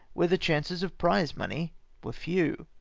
where the chances of prize-money were few.